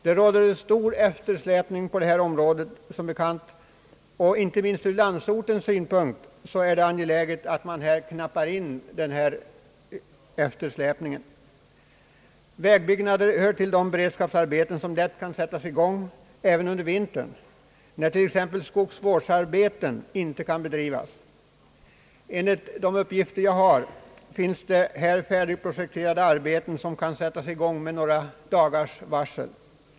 Det råder som bekant stor eftersläpning på detta område, och inte minst ur landsortens synpunkt är det angeläget att man knappar in på denna eftersläpning. Vägbyggnader hör till de beredskapsarbeten som lätt kan sättas i gång även under vintern, när t.ex. skogsvårdsarbete inte kan bedrivas. Enligt de uppgifter jag har finns det färdigprojekterade arbeten som kan sättas i gång med några dagars varsel.